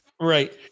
Right